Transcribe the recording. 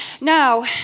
Now